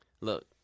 Look